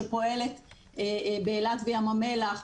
שפועלת באילת וים המלח,